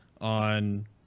on